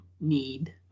need